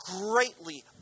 greatly